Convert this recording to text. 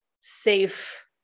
safe